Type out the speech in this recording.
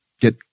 get